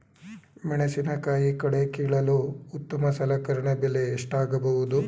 ಮೆಣಸಿನಕಾಯಿ ಕಳೆ ಕೀಳಲು ಉತ್ತಮ ಸಲಕರಣೆ ಬೆಲೆ ಎಷ್ಟಾಗಬಹುದು?